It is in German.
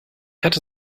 hatte